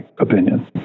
opinion